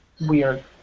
weird